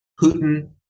Putin